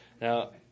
now